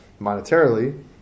monetarily